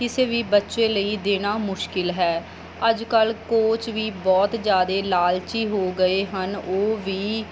ਕਿਸੇ ਵੀ ਬੱਚੇ ਲਈ ਦੇਣਾ ਮੁਸ਼ਕਿਲ ਹੈ ਅੱਜ ਕੱਲ੍ਹ ਕੋਚ ਵੀ ਬਹੁਤ ਜ਼ਿਆਦਾ ਲਾਲਚੀ ਹੋ ਗਏ ਹਨ ਉਹ ਵੀ